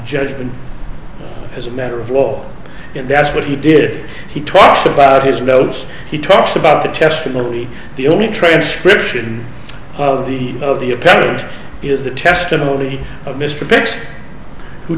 st as a matter of law and that's what he did he talks about his notes he talks about the testimony the only transcription of the of the apparent is the testimony